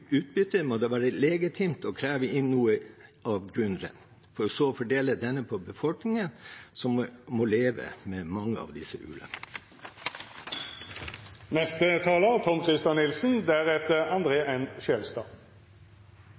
må det være legitimt å kreve inn noe av grunnrenten, for så å fordele denne på befolkningen som må leve med mange av disse